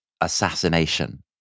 assassination